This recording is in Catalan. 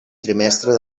trimestre